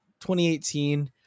2018